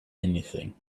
anything